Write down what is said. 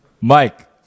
Mike